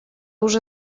уже